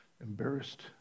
embarrassed